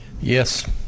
Yes